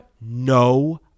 no